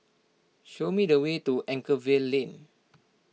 show me the way to Anchorvale Lane